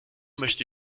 möchte